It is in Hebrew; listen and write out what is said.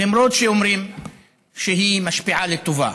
למרות שאומרים שהיא משפיעה לטובה.